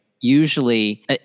usually